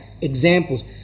examples